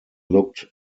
looked